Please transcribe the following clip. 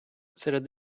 серед